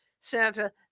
Santa